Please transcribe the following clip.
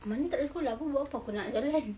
monday takde sekolah [pe] buat apa aku nak jalan